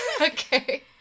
Okay